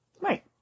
Right